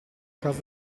casa